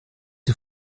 die